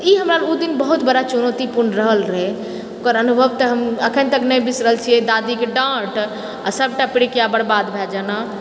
तऽ ई हमरा ओ दिन बहुत बड़ा चुनौतीपूर्ण रहल रहै ओकर अनुभव तऽ हम अखनि तक नहि बिसरल छियै दादीके डाँट आ सबटा पिरिकिया बर्बाद भए जेना